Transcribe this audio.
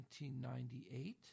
1998